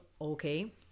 okay